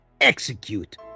execute